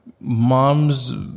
mom's